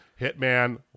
Hitman